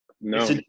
No